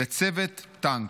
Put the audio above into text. לצוות טנק.